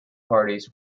parties